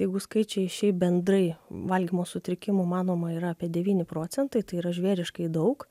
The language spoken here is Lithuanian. jeigu skaičiai šiaip bendrai valgymo sutrikimų manoma yra apie devyni procentai tai yra žvėriškai daug